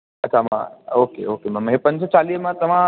अच्छा मां okay okay मां इहे पंज सौ चालीह मां तव्हां